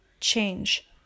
change